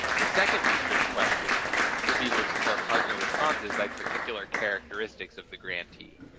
the second research question would be to explore partner responses by particular characteristics of the grantee.